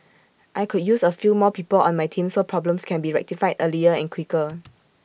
I could use A few more people on my team so problems can be rectified earlier and quicker